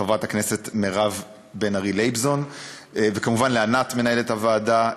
חברת הכנסת מירב בן ארי לייבזון; וכמובן לענת מנהלת הוועדה,